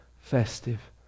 festive